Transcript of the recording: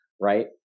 right